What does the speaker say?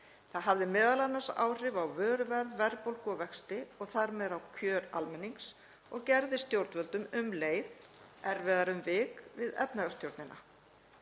Það hafði m.a. áhrif á vöruverð, verðbólgu og vexti, og þar með á kjör almennings, og gerði stjórnvöldum um leið erfiðara um vik við efnahagsstjórnina.